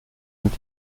und